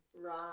Right